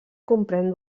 comprèn